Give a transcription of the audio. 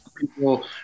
people